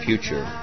future